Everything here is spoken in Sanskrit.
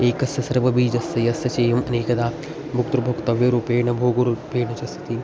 एकस्य सर्वबीजस्य यस्य चेयमनेकधा भोक्तृभोक्तव्यरूपेण भोगरूपेण च स्थितिः